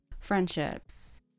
Friendships